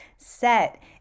set